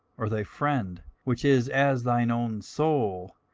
or thy friend, which is as thine own soul,